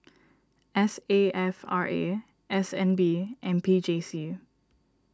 S A F R A S N B and P J C